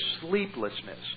sleeplessness